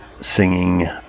singing